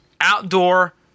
outdoor